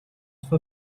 for